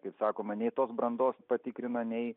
kaip sakoma nei tos brandos patikrina nei